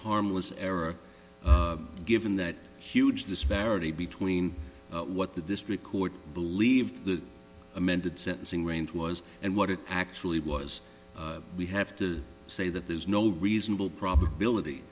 harmless error given that huge disparity between what the district court believed the amended sentencing range was and what it actually was we have to say that there's no reasonable probability